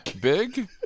big